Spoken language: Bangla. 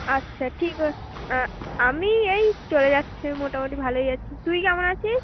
আচ্ছা ঠিকা আমি এই চলে যাচ্ছে মোটামুটি ভালোই আছি তুই কেমন আছিস